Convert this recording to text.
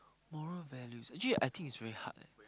moral values actually I think is very hard eh